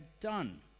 done